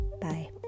Bye